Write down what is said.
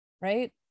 right